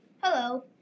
Hello